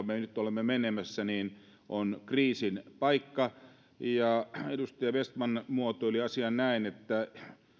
me nyt olemme menemässä on kriisin paikka ja edustaja vestman muotoili asian näin että